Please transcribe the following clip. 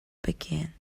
begin